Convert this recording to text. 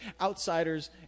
outsiders